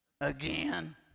again